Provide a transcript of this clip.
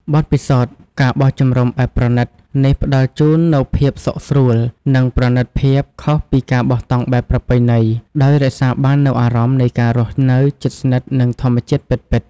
បទពិសោធន៍ ការបោះជំរំបែបប្រណីត នេះផ្តល់ជូននូវភាពសុខស្រួល និងប្រណីតភាពខុសពីការបោះតង់បែបប្រពៃណី ដោយរក្សាបាននូវអារម្មណ៍នៃការរស់នៅជិតស្និទ្ធនឹងធម្មជាតិពិតៗ។